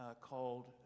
called